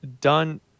done